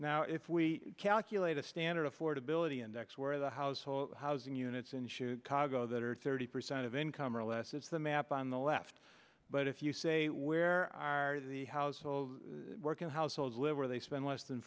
now if we calculate a standard affordability index where the household housing units in chicago that are thirty percent of income or less is the map on the left but if you say where are the household working households live where they spend less than